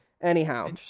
Anyhow